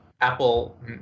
Apple